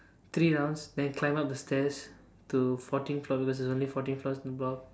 three rounds then climb up the stairs to fourteen floors because there's only fourteen floors in the block